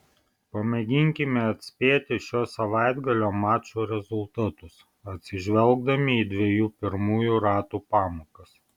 pamėginkime atspėti šio savaitgalio mačų rezultatus atsižvelgdami į dviejų pirmųjų ratų pamokas